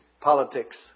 politics